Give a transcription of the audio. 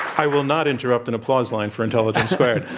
i will not interrupt an applause line for intelligence squared.